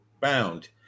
bound